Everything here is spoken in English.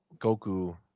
Goku